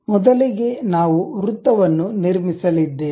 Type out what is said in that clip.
ಮೊದಲಿಗೆ ನಾವು ವೃತ್ತವನ್ನು ನಿರ್ಮಿಸಲಿದ್ದೇವೆ